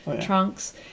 trunks